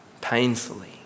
Painfully